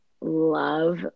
love